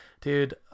dude